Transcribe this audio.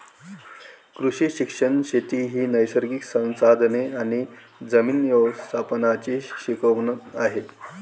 कृषी शिक्षण शेती ही नैसर्गिक संसाधने आणि जमीन व्यवस्थापनाची शिकवण आहे